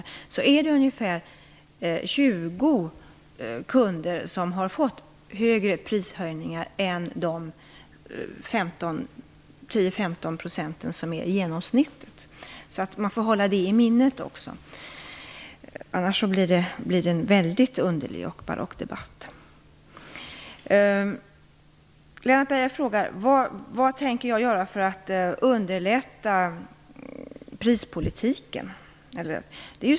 Det är ungefär 20 kunder som har fått högre prishöjningar än 10-15 %, som är den genomsnittliga höjningen. Det måste man hålla i minnet. Annars blir det en underlig och barock debatt. Lennart Beijer undrar vad jag tänker göra för att underlätta prispolitiken.